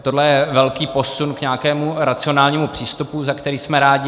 Tohle je velký posun k nějakému racionálnímu přístupu, za který jsme rádi.